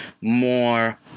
more